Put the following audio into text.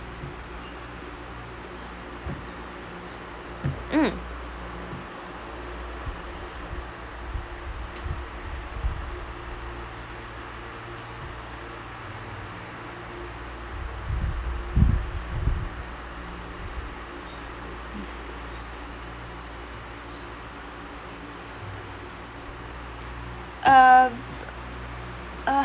mm uh uh